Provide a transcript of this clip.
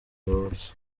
george